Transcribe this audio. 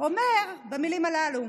אומר במילים הללו: